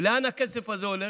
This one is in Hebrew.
ולאן הכסף הזה הולך?